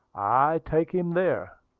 i take him there.